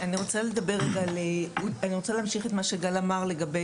אני רוצה להמשיך את מה שגל אמר,